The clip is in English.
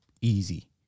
easy